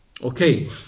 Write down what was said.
Okay